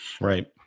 Right